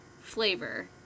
flavor